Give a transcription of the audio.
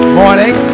morning